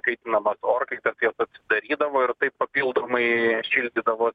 kaitinamas orkaites tai jos atsidarydavo ir taip papildomai šildydavos